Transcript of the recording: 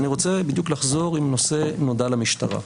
אז אני רוצה בדיוק לחזור עם נושא "נודע למשטרה",